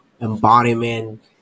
embodiment